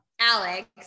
Alex